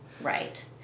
Right